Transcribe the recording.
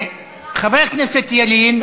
חבר הכנסת ילין.